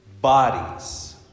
bodies